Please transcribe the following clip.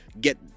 get